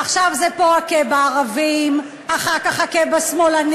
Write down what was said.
עכשיו זה פה הכה בערבים, אחר כך הכה בשמאלנים.